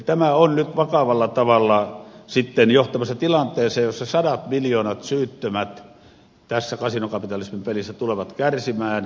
tämä on nyt vakavalla tavalla johtamassa tilanteeseen jossa sadat miljoonat syyttömät tässä kasinokapitalismin pelissä tulevat kärsimään